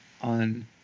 on